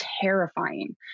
terrifying